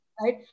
right